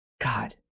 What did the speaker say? God